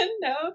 no